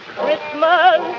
Christmas